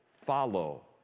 follow